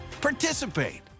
participate